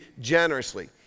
generously